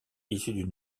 issu